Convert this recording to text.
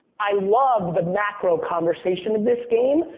i love the macro conversation of this game,